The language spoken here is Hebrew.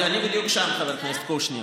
אני בדיוק שם, חבר הכנסת קושניר.